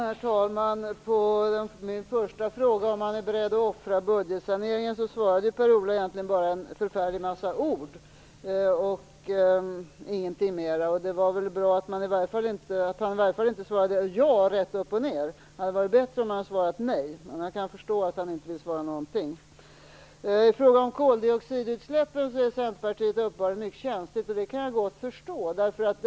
Herr talman! På min första fråga, om man är beredd att offra budgetsaneringen, svarade Per-Ola Eriksson egentligen bara med en massa ord och ingenting mera. Det var väl bra att han inte svarade ja rätt upp och ned, men det hade varit bättre om han hade svarat nej. Jag kan förstå att han inte ville svara någonting. Frågan om koldioxidutsläppen är uppenbarligen mycket känslig för Centerpartiet. Jag kan förstå det.